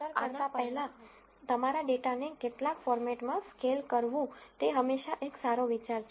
તેથી આ અંતર કરતા પહેલા તમારા ડેટાને કેટલાક ફોર્મેટમાં સ્કેલ કરવું તે હંમેશાં એક સારો વિચાર છે